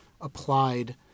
applied